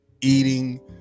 eating